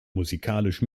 musikalisch